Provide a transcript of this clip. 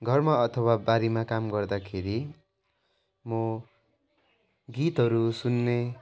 घरमा अथवा बारीमा काम गर्दाखेरि म गीतहरू सुन्ने